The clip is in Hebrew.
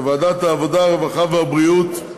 בוועדת העבודה, הרווחה והבריאות,